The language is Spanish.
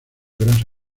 grasa